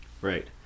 Right